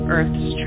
Earth's